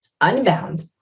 unbound